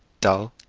dull,